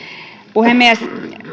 puhemies